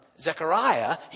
Zechariah